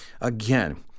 Again